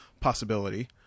possibility